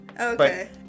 Okay